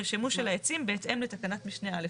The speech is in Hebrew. שימוש של העצים בהתאם לתקנת משנה (א),